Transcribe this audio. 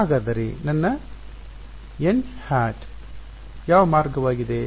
ಹಾಗಾದರೆ ನನ್ನ n ಹ್ಯಾಟ್ ಯಾವ ಮಾರ್ಗವಾಗಿದೆ